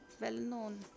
well-known